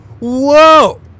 Whoa